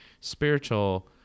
spiritual